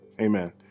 Amen